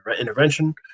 Intervention